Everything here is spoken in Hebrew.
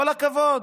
כל הכבוד.